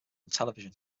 television